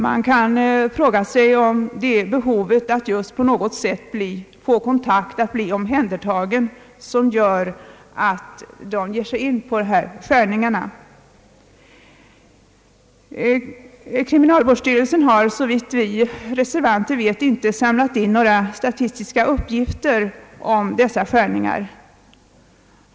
Man kan fråga sig, om det är behovet att på något sätt få kontakt och bli omhändertagen som gör att de ger sig in på dessa skärningar. Såvitt vi reservanter vet har kriminalvårdsstyrelsen inte samlat in några statistiska uppgifter om dessa skärningar.